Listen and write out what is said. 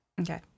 Okay